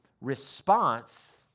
response